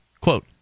Quote